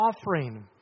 offering